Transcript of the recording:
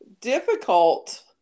difficult